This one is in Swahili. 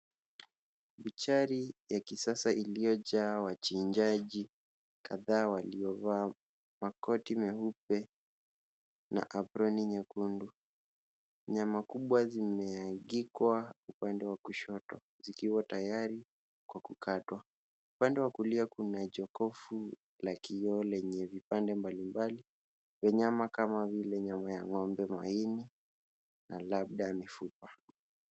Buchari ya kisasa iliyojaa wachinjaji kadhaa waliovaa makoti meupe na aproni nyekundu. Nyama kubwa zimeagikwa upande wa kushoto zikiwa tayari kwa kukatwa. Upande wa kulia kuna jokofu la kioo lenye vipande mbalimbali wanyama kama vile nyama ya ng'ombe, maini na labda mifupa.